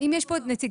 יש לך נתונים בעניין?